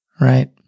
Right